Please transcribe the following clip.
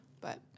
But-